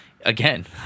again